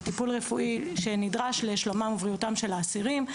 זה טיפול רפואי שנדרש לשלומם ובריאותם של האסירים.